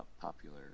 popular